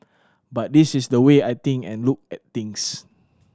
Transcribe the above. but this is the way I think and look at things